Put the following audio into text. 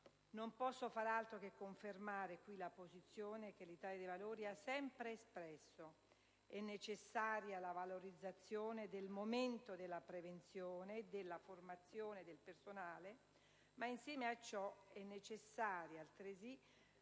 Non posso far altro che confermare qui la posizione che l'Italia dei Valori ha sempre espresso. È necessaria la valorizzazione del momento della prevenzione e della formazione del personale ma, insieme a ciò, è necessaria altresì